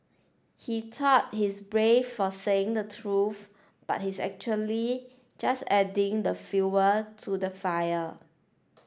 he thought he's brave for saying the truth but he's actually just adding fuel to the fire